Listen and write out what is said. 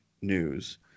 news